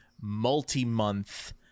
multi-month